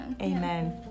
Amen